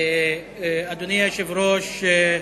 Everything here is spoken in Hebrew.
אדוני היושב-ראש,